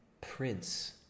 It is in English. prince